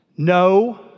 No